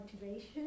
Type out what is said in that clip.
motivation